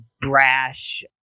brash